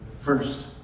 first